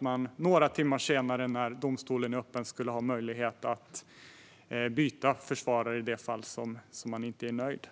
Man skulle några timmar senare, när domstolen är öppen, ha möjlighet att byta försvarare i det fall man inte är nöjd.